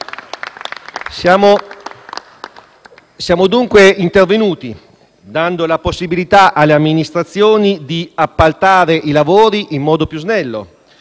Siamo dunque intervenuti dando la possibilità alle amministrazioni di appaltare i lavori in modo più snello,